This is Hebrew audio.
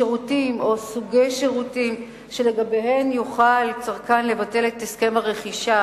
שירותים או סוגי שירותים שלגביהם יוכל הצרכן לבטל את הסכם הרכישה